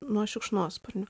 nuo šikšnosparnių